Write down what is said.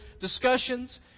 discussions